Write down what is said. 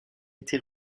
été